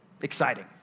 exciting